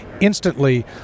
instantly